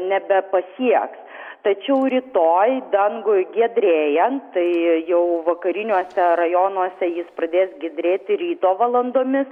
nebepasieks tačiau rytoj dangui giedrėjan tai jau vakariniuose rajonuose jis pradės giedrėti ryto valandomis